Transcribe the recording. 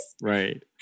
Right